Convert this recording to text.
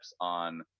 on